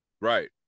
Right